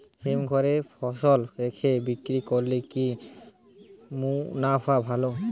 হিমঘরে ফসল রেখে বিক্রি করলে কি মুনাফা ভালো?